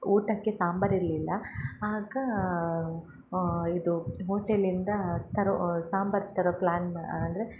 ಊಟಕ್ಕೆ ಸಾಂಬಾರ್ ಇರಲಿಲ್ಲ ಆಗ ಇದು ಹೋಟೆಲಿಂದ ತರೋ ಸಾಂಬಾರ್ ತರೋ ಪ್ಲ್ಯಾನ್ ಮಾ ಅಂದರೆ